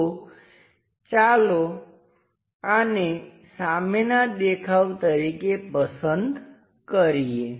તો ચાલો આને સામેના દેખાવ તરીકે પસંદ કરીએ